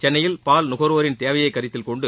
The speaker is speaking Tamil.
சென்னையில் பால் நுகர்வோரின் தேவையை கருத்தில்கொண்டு